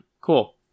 cool